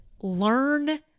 learn